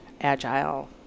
Agile